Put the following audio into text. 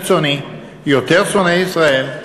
יותר קיצוני, יותר שונא ישראל?